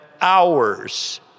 hours